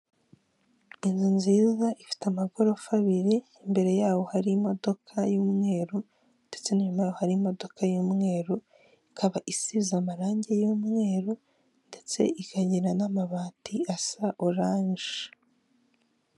Inzu nziza ifite amagorofa abiri, imbere yaho hari imodoka y'umweru ndetse n'inyuma yaho harimo y'umweru ikaba isize amarangi y'umweru ndetse ikagira n'amabati asa orange.